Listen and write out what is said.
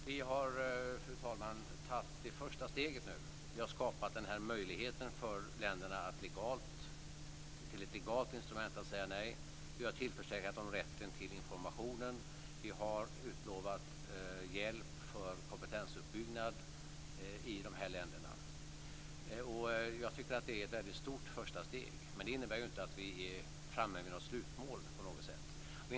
Fru talman! Vi har tagit det första steget nu. Vi har skapat ett legalt instrument som ger länderna möjlighet att säga nej. Vi har tillförsäkrat dem rätten till information. Vi har utlovat hjälp för kompetensuppbyggnad i de här länderna. Jag tycker att det är ett mycket stort första steg. Men det innebär inte att vi är framme vid något slutmål på något sätt.